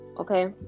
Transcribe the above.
Okay